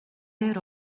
дээр